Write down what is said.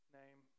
name